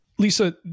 Lisa